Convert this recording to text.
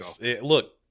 look